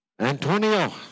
Antonio